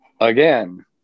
again